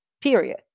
period